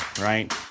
right